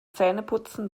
zähneputzen